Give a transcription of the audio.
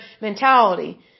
mentality